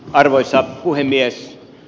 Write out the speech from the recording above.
arvoisa puhemies